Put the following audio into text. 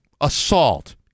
assault